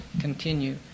continue